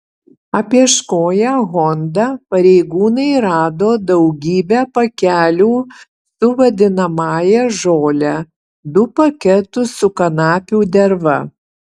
apieškoję honda pareigūnai rado daugybę pakelių su vadinamąją žole du paketus su kanapių derva